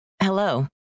Hello